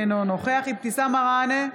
אינו נוכח אבתיסאם מראענה,